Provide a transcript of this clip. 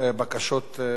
דיבור,